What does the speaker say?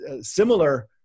similar